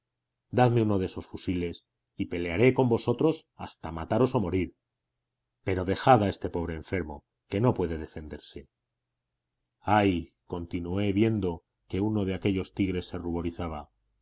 dadme uno de esos fusiles y pelearé con vosotros hasta mataros o morir pero dejad a este pobre enfermo que no puede defenderse ay continué viendo que uno de aquellos tigres se ruborizaba